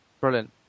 Brilliant